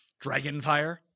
Dragonfire